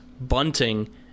bunting